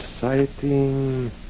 sighting